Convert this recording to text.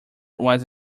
was